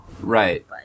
Right